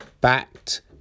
backed